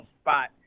spot